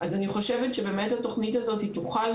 אז אני חושבת שבאמת התכנית הזאת היא תוכל